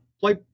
play